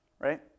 right